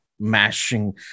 mashing